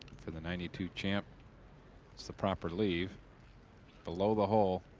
for the ninety-two champ. it's the proper leave below the hole.